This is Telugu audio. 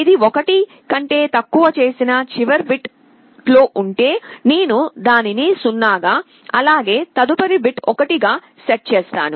ఇది 1 కంటే తక్కువ చేసిన చివరి బిట్లో ఉంటే నేను దానిని 0 గా అలాగే తదుపరి బిట్ను 1 కి సెట్ చేస్తాను